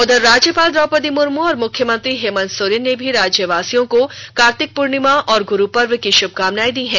उधर राज्यपाल द्रौपदी मुर्मू और मुख्यमंत्री हेमंत सोरेन ने राज्यवासियों को कार्तिक पूर्णिमा और ग्रु पर्व की श्भकामनाएं दी है